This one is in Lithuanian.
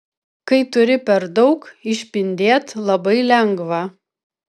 kai turi per daug išpindėt labai lengva